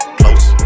close